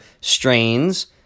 strains